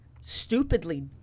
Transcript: stupidly